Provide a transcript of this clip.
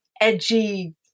edgy